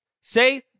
Say